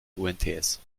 umts